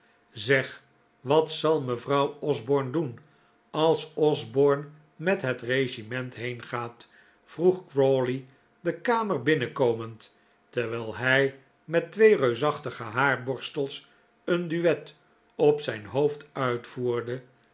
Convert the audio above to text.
zeg wat zal mevrouw osborne doen als osborne met het regiment heengaat vroeg crawley de kamer binnenkomend terwijl hij met twee reusachtige haarborstels een duet op zijn hoofd uitvoerde